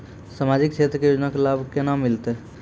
समाजिक क्षेत्र के योजना के लाभ केना मिलतै?